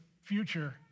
future